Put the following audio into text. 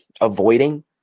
avoiding